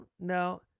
No